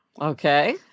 Okay